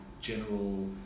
general